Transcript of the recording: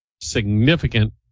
significant